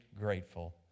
grateful